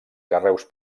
carreus